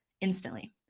Instantly